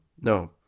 No